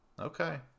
Okay